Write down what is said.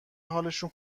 حالشون